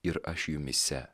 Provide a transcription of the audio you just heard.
ir aš jumyse